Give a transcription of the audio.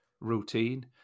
routine